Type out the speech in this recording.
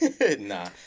Nah